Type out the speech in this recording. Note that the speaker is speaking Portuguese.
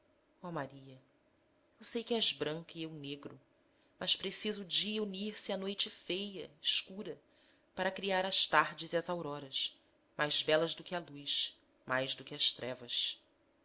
maria eu sei que és branca e eu negro mas precisa o dia unir-se à noite feia escura para criar as tardes e as auroras mais belas do que a luz mais do que as trevas